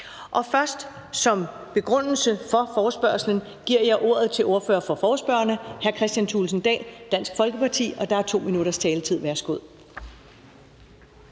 Først som begrundelse for forespørgslen giver jeg ordet til ordføreren for forespørgerne, hr. Kristian Thulesen Dahl, Dansk Folkeparti, og der er 2 minutters taletid.